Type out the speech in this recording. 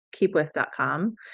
keepwith.com